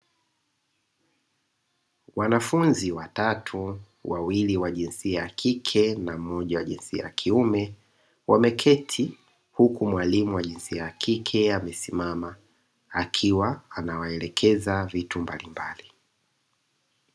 Wanafunzi watatu, wawili wa jinsia ya kike na mmoja wa jinsia ya kiume, wameketi huku mwalimu wa jinsia ya kike amesimama akiwa anawaelekeza vitu mbalimbali.